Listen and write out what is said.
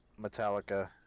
Metallica